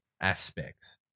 aspects